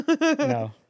No